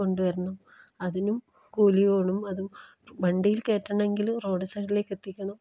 കൊണ്ട് വരണം അതിനും കൂലി വേണം അതും വണ്ടീൽ കേറ്റണമെങ്കിലും റോഡ് സൈഡിലേക്ക് എത്തിക്കണം